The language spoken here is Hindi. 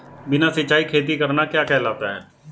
बिना सिंचाई खेती करना क्या कहलाता है?